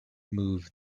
move